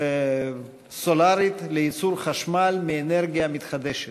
סולרית לייצור חשמל מאנרגיה מתחדשת.